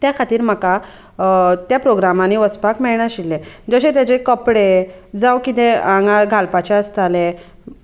त्या खातीर म्हाका त्या प्रोग्रामांनी वचपाक मेळनाशिल्लें जशें ताचे कपडे जावं कितें हांगा घालपाचें आसताले